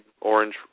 orange